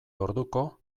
orduko